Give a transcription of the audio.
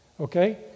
okay